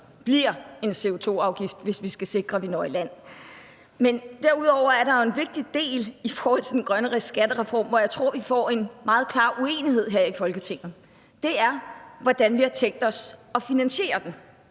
bliver en CO2-afgift, hvis vi skal sikre, at vi når i land. Men derudover er der jo i forhold til den grønne skattereform en vigtig del, hvor jeg tror, at vi får en meget klar uenighed her i Folketinget. Det handler om, hvordan vi har tænkt os at finansiere den.